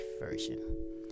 version